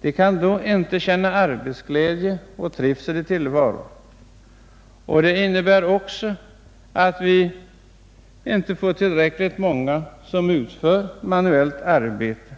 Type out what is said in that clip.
De kan då inte känna arbetsglädje och trivsel i tillvaron. Det innebär också att vi inte får tillräckligt många som utför manuellt arbete.